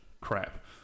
crap